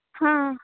हा